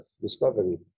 discovery